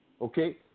Okay